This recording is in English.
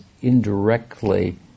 indirectly